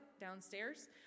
downstairs